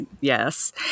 Yes